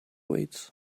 weights